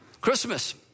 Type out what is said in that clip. Christmas